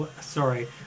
sorry